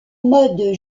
mode